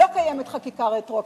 לא קיימת חקיקה רטרואקטיבית.